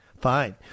Fine